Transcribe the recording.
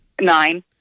Nine